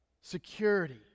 security